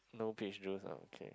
no peach juice ah okay